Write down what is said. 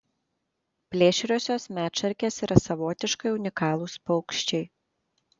plėšriosios medšarkės yra savotiškai unikalūs paukščiai